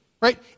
right